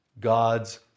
God's